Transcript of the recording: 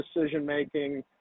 decision-making